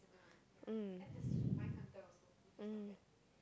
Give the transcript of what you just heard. mm mm